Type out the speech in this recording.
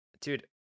dude